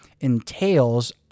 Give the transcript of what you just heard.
entails